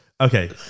Okay